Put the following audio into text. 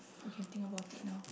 you can think about it now